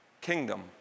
Kingdom